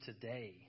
today